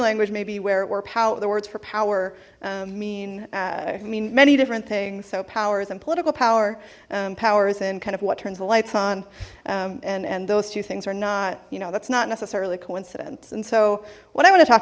language maybe where or how the words for power mean i mean many different things so powers and political power and powers and kind of what turns the lights on and and those two things are not you know that's not necessarily coincidence and so what i want to talk